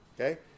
Okay